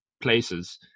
places